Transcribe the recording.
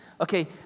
Okay